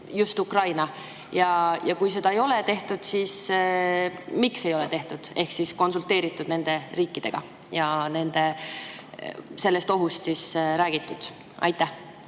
just Ukrainaga? Ja kui seda ei ole tehtud, siis miks ei ole seda tehtud ehk konsulteeritud nende riikidega ja nendega sellest ohust räägitud? Aitäh,